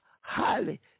highly